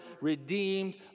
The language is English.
redeemed